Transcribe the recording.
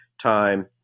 time